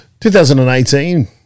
2018